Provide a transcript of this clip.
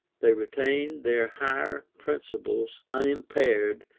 they retain their higher principles unimpaired,